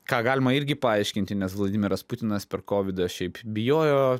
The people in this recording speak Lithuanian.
ką galima irgi paaiškinti nes vladimiras putinas per kovidą šiaip bijojo